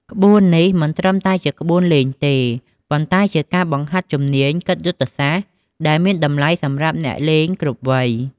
ក្បួននេះមិនត្រឹមតែជាក្បួនលេងទេ ប៉ុន្តែជាការបង្ហាត់ជំនាញគិតយុទ្ធសាស្ត្រដែលមានតម្លៃសម្រាប់អ្នកលេងគ្រប់វ័យ។